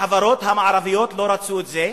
החברות המערביות לא רצו את זה,